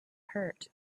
hurt